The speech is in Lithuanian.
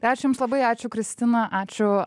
tai ačiū jums labai ačiū kristina ačiū